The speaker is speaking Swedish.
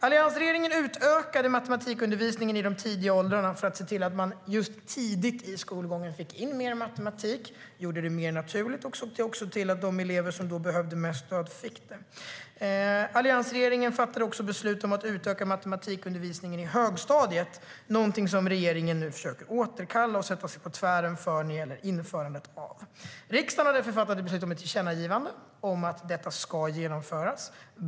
Alliansregeringen utökade matematikundervisningen i de tidiga åldrarna för att se till att man tidigt i skolgången får in mer matematik och gör det naturligt och så att de elever som behöver mest stöd får det. Alliansregeringen fattade också beslut om att utöka matematikundervisningen i högstadiet, något som regeringen nu försöker återkalla och sätta sig på tvären mot. Riksdagen har därför fattat beslut om ett tillkännagivande om att detta ska genomföras.